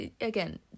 Again